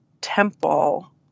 temple